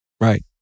right